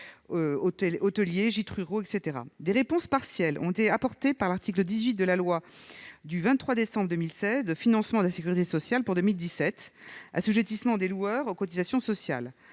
hôteliers, gîtes ruraux, etc. Des réponses partielles ont été apportées par l'article 18 de la loi du 23 décembre 2016 de financement de la sécurité sociale pour 2017, qui prévoit l'assujettissement des loueurs aux cotisations sociales,